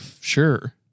sure